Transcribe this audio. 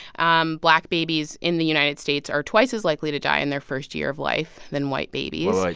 um black babies in the united states are twice as likely to die in their first year of life than white babies like